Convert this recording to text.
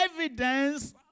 evidence